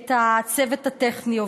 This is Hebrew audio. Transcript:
את הצוות הטכני,